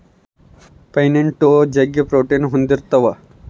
pine nut ಜಗ್ಗಿ protein ಹೊಂದಿರ್ತವ